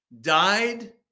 died